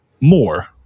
more